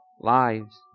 lives